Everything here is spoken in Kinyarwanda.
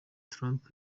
trump